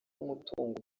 umutungo